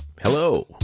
Hello